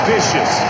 Vicious